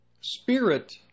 spirit